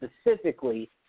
specifically